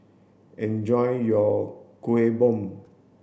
enjoy your Kuih Bom